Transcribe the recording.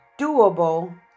doable